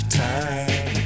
time